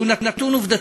שהוא נתון עובדתי,